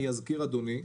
אני אזכיר אדוני,